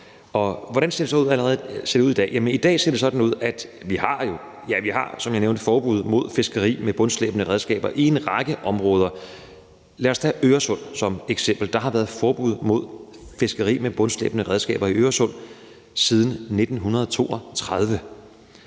Hvordan ser det så ud i dag? I dag ser det sådan ud, at vi, som jeg nævnte, jo har et forbud mod fiskeri med bundslæbende redskaber i en række områder. Lad os tage Øresund som eksempel: Der har været forbud mod fiskeri med bundslæbende redskaber i Øresund siden 1932,